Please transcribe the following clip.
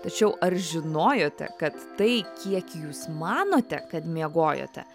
tačiau ar žinojote kad tai kiek jūs manote kad miegojote